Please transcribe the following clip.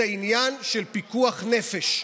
זה עניין של פיקוח נפש.